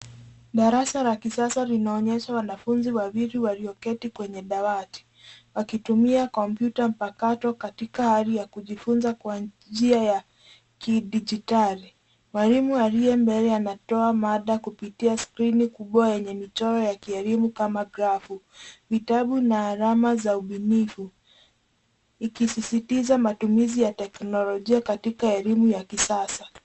Darasa la kisasa linaonyesha wanafunzi wawili walioketi kwenye dawati wakitumia kompyuta mpakato katika hali ya kujifunza kwa njia ya kidigitali. Mwalimu aliye mbele anatoa mada kupitia screen kubwa yenye michoro ya kielimu kama grafu. Vitabu na alama za ubunifu ikisisitiza matumizi ya teknolojia katika elimu wa kisasa.